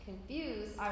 Confused